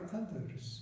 others